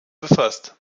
befasst